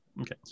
Okay